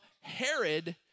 Herod